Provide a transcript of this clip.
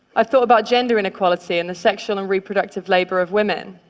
i've thought about gender inequality and the sexual and reproductive labor of women.